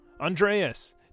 Andreas